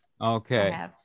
Okay